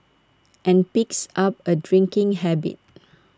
and picks up A drinking habit